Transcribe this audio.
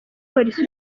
polisi